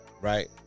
Right